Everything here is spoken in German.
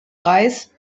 reis